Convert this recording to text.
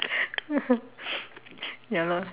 ya lor